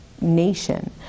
nation